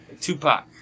Tupac